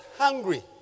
hungry